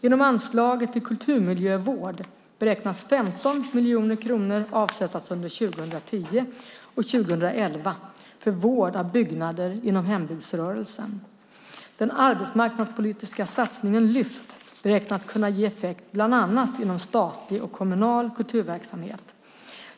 Inom anslaget till kulturmiljövård beräknas 15 miljoner kronor avsättas under 2010 och 2011 för vård av byggnader inom hembygdsrörelsen. Den arbetsmarknadspolitiska satsningen Lyft beräknas kunna ge effekt bland annat inom statlig och kommunal kulturverksamhet.